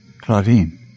Claudine